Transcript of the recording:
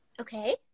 Okay